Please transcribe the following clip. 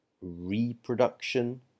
Reproduction